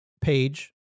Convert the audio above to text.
page